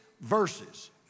verses